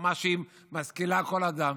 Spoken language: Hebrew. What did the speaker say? חוכמה שמשכילה כל אדם.